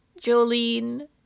Jolene